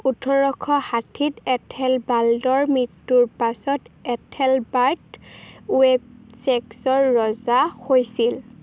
ওঠৰশ ষাঠিত এথেলবাল্ডৰ মৃত্যুৰ পাছত এথেলবাৰ্ট ৱেব ছেক্সৰ ৰজা হৈছিল